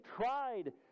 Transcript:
tried